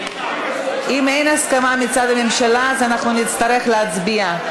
אם אין הסכמה מצד הממשלה אז אנחנו נצטרך להצביע.